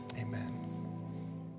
amen